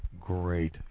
great